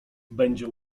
będzie